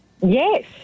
yes